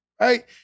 right